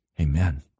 Amen